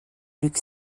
luc